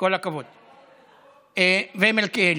כל הכבוד, ומלכיאלי.